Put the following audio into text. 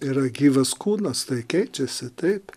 yra gyvas kūnas tai keičiasi taip